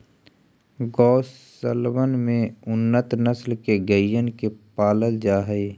गौशलबन में उन्नत नस्ल के गइयन के पालल जा हई